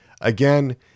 again